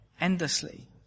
endlessly